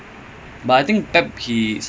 plus um what's